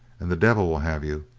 and the devil will have you,